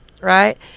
right